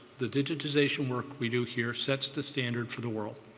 the digitization work we do here sets the standard for the world.